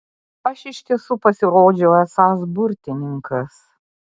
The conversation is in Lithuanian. aš iš tiesų pasirodžiau esąs burtininkas